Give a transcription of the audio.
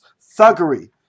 thuggery